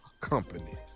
Company